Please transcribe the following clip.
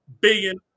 billion